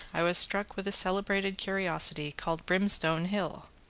i was struck with a celebrated curiosity called brimstone-hill,